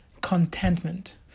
contentment